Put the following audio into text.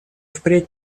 впредь